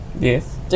Yes